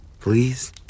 Please